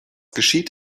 geschieht